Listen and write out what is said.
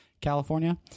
California